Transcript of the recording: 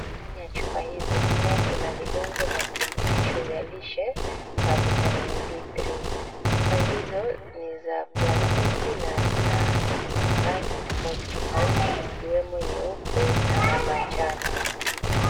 Ndani ya chupa hizi nne kuna vidonge vya virubutisho vya lishe vya vitamin D3 . Chupa hizo ni za plastiki na zina rangi tofauti tofauti ikiwemo nyeupe na ya manjano.